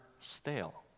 stale